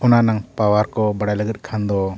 ᱚᱱᱟ ᱨᱮᱱᱟᱜ ᱯᱟᱣᱟᱨ ᱠᱚ ᱵᱟᱲᱟᱭ ᱞᱟᱹᱜᱤᱫ ᱠᱷᱟᱱ ᱫᱚ